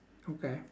okay